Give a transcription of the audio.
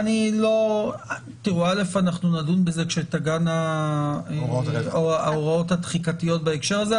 אנחנו נדון בזה כשתגענה ההוראות התחיקתיות בהקשר הזה.